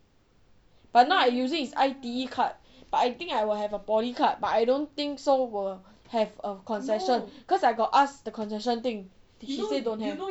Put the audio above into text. but now I using is I_T_E card but I think I will have a poly card but I don't think so will have a concession cause I got ask the concession thing she say don't have